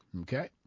Okay